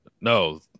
No